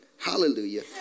Hallelujah